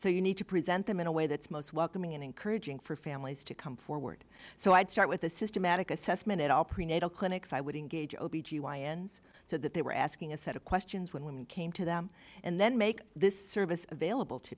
so you need to present them in a way that's most welcoming and encouraging for families to come forward so i'd start with a systematic assessment at all prenatal clinics i would engage o b g y n so that they were asking a set of questions when women came to them and then make this service available to